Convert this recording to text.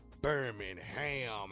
Birmingham